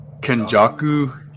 Kenjaku